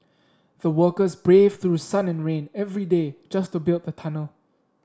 the workers braved through sun and rain every day just to build the tunnel